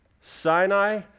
Sinai